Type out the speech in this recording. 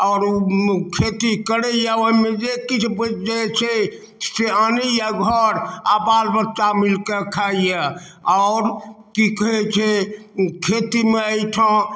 आओर खेती करैये ओइमे जे किछु बचि जाइ छै से आनैये घर आओर बालबच्चा मिलके खाइये आओर की कहै छै खेतीमे अइ ठाम